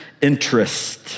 interest